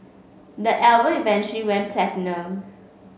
the album eventually went platinum